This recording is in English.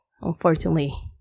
unfortunately